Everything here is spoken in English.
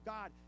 God